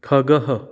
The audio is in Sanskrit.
खगः